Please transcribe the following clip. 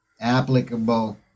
applicable